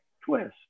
twist